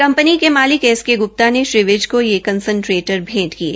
company के मालिक S K Gupta ने श्री विज को यह कंसन्ट्रेटर भेंट किये